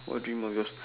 what dream of yours